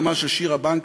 דמה של שירה בנקי,